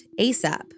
ASAP